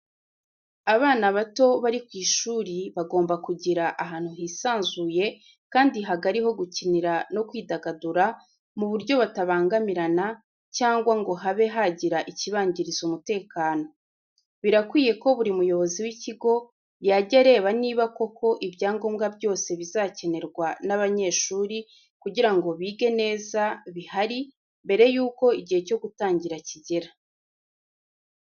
Abana bato bari ku ishuri bagomba kugira ahantu hisanzuye kandi hagari ho gukinira no kwidagadura mu buryo batabangamirana cyangwa ngo habe hagira ikibangiriza umutekano. Birakwiye ko buri muyobozi w'ikigo yajya areba niba koko ibyangombwa byose bizakenerwa n'abanyeshuri kugira ngo bige neza bihari mbere y'uko igihe cyo gutangira kigera.